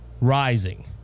rising